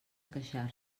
queixar